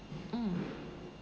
mm